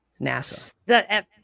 NASA